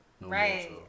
right